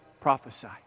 prophesy